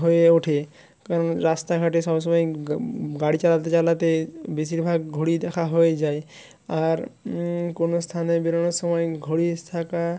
হয়ে ওঠে কারণ রাস্তাঘাটে সব সময় গাড়ি চালাতে চালাতে বেশিরভাগ ঘড়ি দেখা হয়ে যায় আর কোনো স্থানে বেরোনোর সময় ঘড়ি থাকা